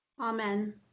Amen